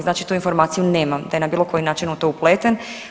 Znači tu informaciju nemam da je na bilo koji način u to upleten.